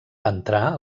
entrà